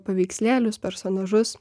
paveikslėlius personažus